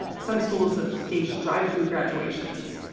some schools have staged drive through graduations.